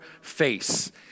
face